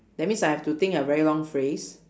that means I have to think a very long phrase